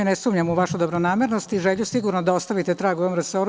Ne sumnjam u vašu dobronamernost i želju sigurno da ostavite trag u ovom resoru.